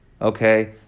okay